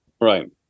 Right